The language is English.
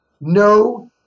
No